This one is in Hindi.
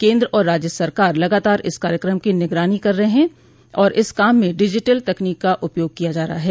केंद्र और राज्य सरकार लगातार इस कार्यक्रम की निगरानी कर रहे हैं और इस काम में डिजिटल तकनीक का उपयोग किया जा रहा है